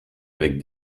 avec